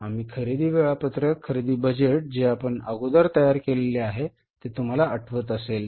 आम्ही खरेदी वेळापत्रक खरेदी बजेट जे आपण अगोदर तयार केलेले आहे ते तुम्हाला आठवत असेल